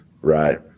Right